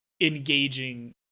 engaging